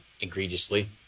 egregiously